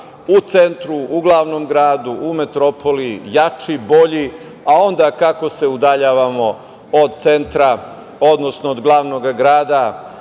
u centru, u glavnom gradu, u metropoli jači, bolji, a onda kako se udaljavamo od centra, odnosno od glavnog grada